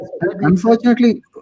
unfortunately